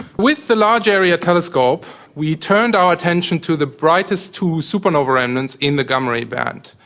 with the large area telescope we turned our attention to the brightest two supernova remnants in the gamma ray band.